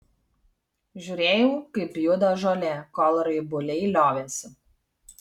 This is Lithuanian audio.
žiūrėjau kaip juda žolė kol raibuliai liovėsi